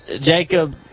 Jacob